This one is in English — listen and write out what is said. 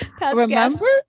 Remember